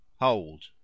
hold